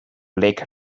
lake